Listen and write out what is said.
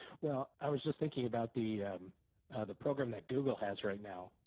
well, i was just thinking about the the program that google has right now,